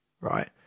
right